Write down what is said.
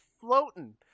floating